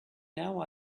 now